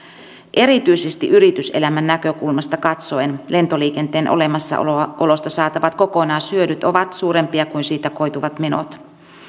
erityisesti yrityselämän näkökulmasta katsoen lentoliikenteen olemassaolosta saatavat kokonaishyödyt ovat suurempia kuin siitä koituvat menot